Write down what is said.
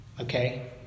Okay